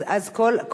אז כל,